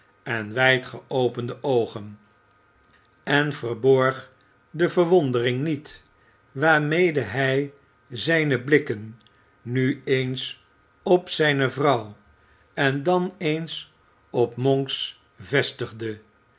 en wijd geopende oogen en verborg de verwondering niet waarmede hij zijne blikken nu eens op zijne vrouw en dan eens op monks vestigde